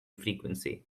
frequency